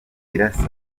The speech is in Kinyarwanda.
irasa